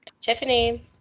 Tiffany